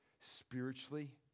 spiritually